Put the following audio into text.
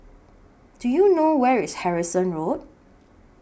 Do YOU know Where IS Harrison Road